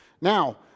Now